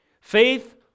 Faith